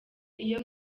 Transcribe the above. iyo